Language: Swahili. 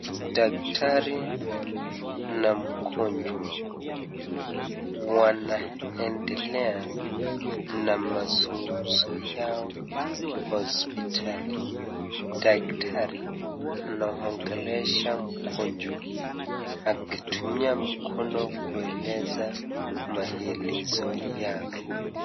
Daktari na mgonjwa wanaendelea na masungumzo yao hospitali daktari anaongelesha mgonjwa akitumia mkono kueleza maelezo yake.